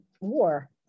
war